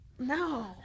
No